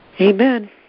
Amen